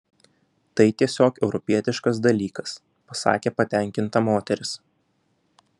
tai tiesiog europietiškas dalykas pasakė patenkinta moteris